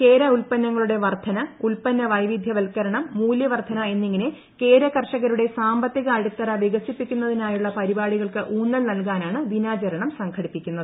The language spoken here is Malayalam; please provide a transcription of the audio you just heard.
കേര ഉത്പന്നങ്ങളുടെ വർദ്ധന ഉത്പന്ന വൈവിദ്ധ്യവത്ക്കുർണം മൂല്യവർദ്ധന എന്നിങ്ങനെ കേര കർഷകരുടെ സാമ്പത്തിക് അടിത്തറ വികസിപ്പിക്കുന്നതിനായുള്ള പരിപാടികൾക്ക് ഊന്നൽ നല്കാനാണ് ദിനാചരണം സംഘടിപ്പിക്കുന്നത്